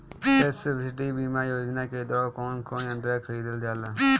कृषि सब्सिडी बीमा योजना के द्वारा कौन कौन यंत्र खरीदल जाला?